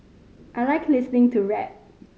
I like listening to rap